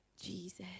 Jesus